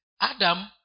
Adam